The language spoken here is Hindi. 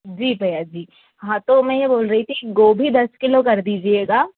जी भइया जी हाँ तो मैं ये बोल रही थी गोबी दस किलो कर दीजिएगा